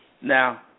Now